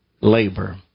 Labor